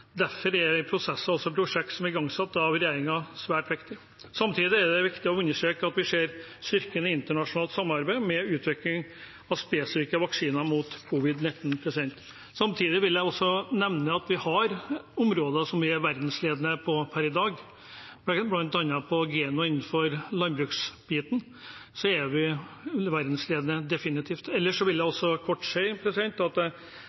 Derfor er prosessene og prosjektene som er igangsatt av regjeringen, svært viktige. Samtidig er det viktig å understreke at vi ser styrken i det internasjonale samarbeidet med utvikling av spesifikke vaksiner mot covid-19. Jeg vil også nevne at vi har områder som vi er verdensledende på per i dag. Blant annet er Geno innenfor landbruket definitivt verdensledende. Ellers vil jeg kort si at